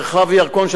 שאתם דיברתם,